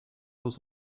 was